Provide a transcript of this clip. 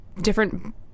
different